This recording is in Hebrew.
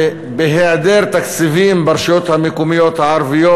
ובהיעדר תקציבים ברשויות המקומיות הערביות,